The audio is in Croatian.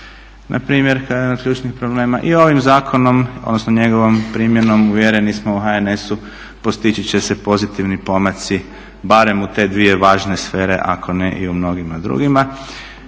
npr. kao i jedna od ključnih problema. I ovim zakonom, odnosno njegovom primjenom uvjereni smo u HNS-u postići će se pozitivni pomaci barem u te dvije važne sfera ako ne i u mnogima drugima.